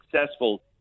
successful